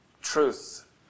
truth